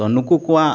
ᱛᱚ ᱱᱩᱠᱩ ᱠᱚᱣᱟᱜ